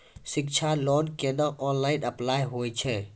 शिक्षा लोन केना online apply होय छै?